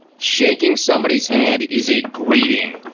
shaking somebody's hand is a greeting,